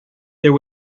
there